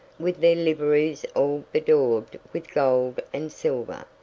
with their liveries all bedaubed with gold and silver,